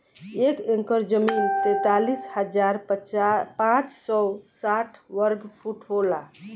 एक एकड़ जमीन तैंतालीस हजार पांच सौ साठ वर्ग फुट होला